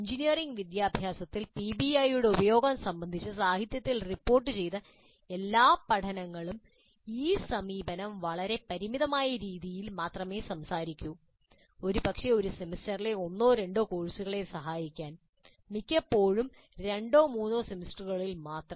engineering വിദ്യാഭ്യാസത്തിൽ പിബിഐയുടെ ഉപയോഗം സംബന്ധിച്ച് സാഹിത്യത്തിൽ റിപ്പോർട്ടുചെയ്ത എല്ലാ കേസ് പഠനങ്ങളും ഈ സമീപനം വളരെ പരിമിതമായ രീതിയിൽ മാത്രമേ സംസാരിക്കൂ ഒരുപക്ഷേ ഒരു സെമസ്റ്ററിലെ ഒന്നോ രണ്ടോ കോഴ്സുകളെ സഹായിക്കാൻ മിക്കപ്പോഴും രണ്ടോ മൂന്നോ സെമസ്റ്ററുകളിൽ മാത്രം